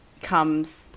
comes